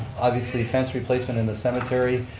obviously fence replacement in the cemetery,